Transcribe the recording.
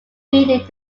completely